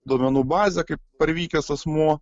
duomenų bazę kaip parvykęs asmuo